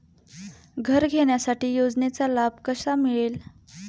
घर घेण्यासाठी योजनेचा लाभ कसा मिळेल?